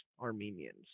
Armenians